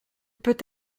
peut